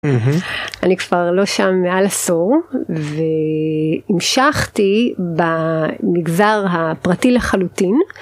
אני כבר לא שם מעל עשור והמשכתי במגזר הפרטי לחלוטין.